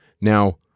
Now